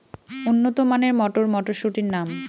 উন্নত মানের মটর মটরশুটির নাম?